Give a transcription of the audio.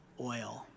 Oil